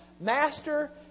Master